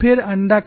फिर अण्डाकार दोष